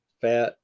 Fat